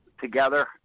together